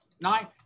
nine